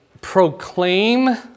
proclaim